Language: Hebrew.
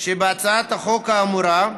שבהצעת החוק האמורה,